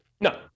No